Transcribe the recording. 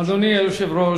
אדוני היושב-ראש,